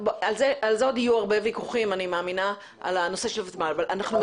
אני מאמינה שעל הנושא של ותמ"ל עוד יהיו הרבה ויכוחים.